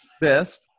best